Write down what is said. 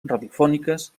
radiofòniques